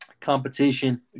competition